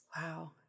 Wow